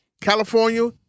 California